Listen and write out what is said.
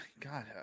God